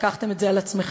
שלקחתם את זה על עצמכם,